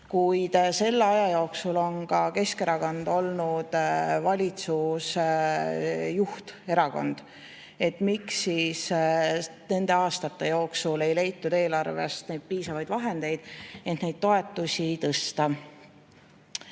kuid selle aja jooksul on ka Keskerakond olnud valitsuse juhterakond ja miks siis nende aastate jooksul ei leitud eelarvest piisavaid vahendeid, et neid toetusi tõsta.